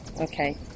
Okay